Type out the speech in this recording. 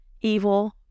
evil